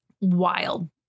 Wild